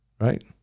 Right